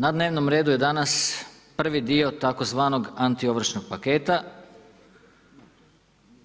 Na dnevnom redu je danas prvi dio tzv. antiovršnog paketa